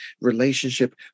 relationship